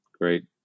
Great